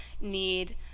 need